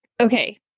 Okay